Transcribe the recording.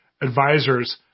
advisors